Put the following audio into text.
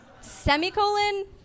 Semicolon